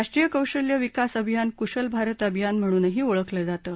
रोष्ट्रीय कौशल्य विकास अभियान कुशल भारत अभियान म्हणूनही ओळखलं जातं